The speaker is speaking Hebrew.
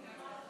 כנסת נכבדה,